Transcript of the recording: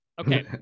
Okay